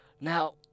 Now